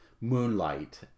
moonlight